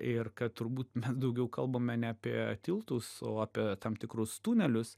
ir kad turbūt mes daugiau kalbame ne apie tiltus o apie tam tikrus tunelius